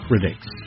critics